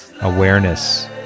awareness